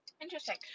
Interesting